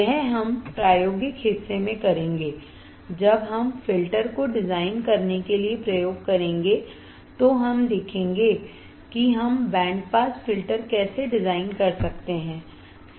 यह हम प्रायोगिक हिस्से में करेंगे जब हम फ़िल्टर को डिज़ाइन करने के लिए प्रयोग करेंगे तो हम देखेंगे कि हम बैंड पास फ़िल्टर कैसे डिज़ाइन कर सकते हैं